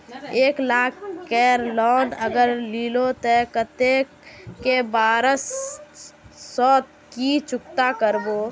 एक लाख केर लोन अगर लिलो ते कतेक कै बरश सोत ती चुकता करबो?